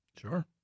Sure